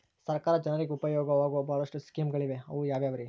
ಸರ್ಕಾರ ಜನರಿಗೆ ಉಪಯೋಗವಾಗೋ ಬಹಳಷ್ಟು ಸ್ಕೇಮುಗಳಿವೆ ಅವು ಯಾವ್ಯಾವ್ರಿ?